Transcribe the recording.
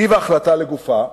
טיב ההחלטה לגופה,